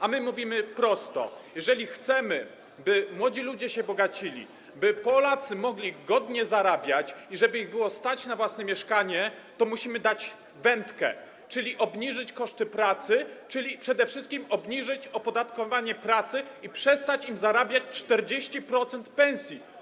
A my mówimy prosto: Jeżeli chcemy, by młodzi ludzie się bogacili, by Polacy mogli godnie zarabiać i żeby ich było stać na własne mieszkanie, to musimy dać im wędkę, czyli obniżyć koszty pracy, czyli przede wszystkim obniżyć opodatkowanie pracy i przestać im zabierać 40% pensji.